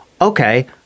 Okay